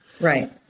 Right